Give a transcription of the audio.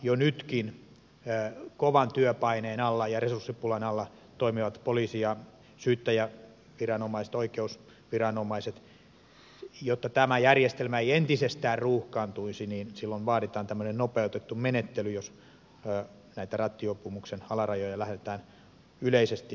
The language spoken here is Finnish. jo nytkin poliisi ja syyttäjäviranomaiset oikeusviranomaiset toimivat kovan työpaineen ja resurssipulan alla ja jotta tämä järjestelmä ei entisestään ruuhkaantuisi vaaditaan tämmöinen nopeutettu menettely jos näitä rattijuopumuksen alarajoja lähdetään yleisesti laajentamaan